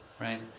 right